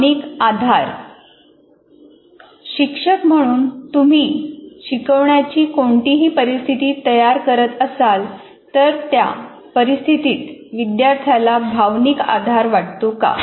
भावनिक आधार शिक्षक म्हणून तुम्ही शिकवण्याची कोणतीही परिस्थिती तयार करत असाल तर त्या परिस्थितीत विद्यार्थ्याला भावनिक आधार वाटतो का